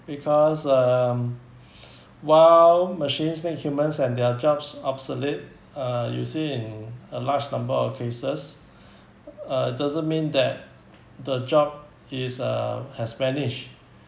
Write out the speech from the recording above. because um while machines make humans and their jobs obsolete uh you see in a large number of cases uh it doesn't mean that the job is uh has vanished